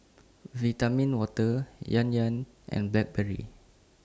Vitamin Water Yan Yan and Blackberry